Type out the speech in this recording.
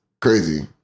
crazy